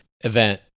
event